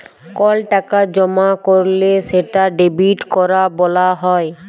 call টাকা জমা ক্যরলে সেটা ডেবিট ক্যরা ব্যলা হ্যয়